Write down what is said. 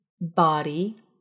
body